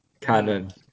cannon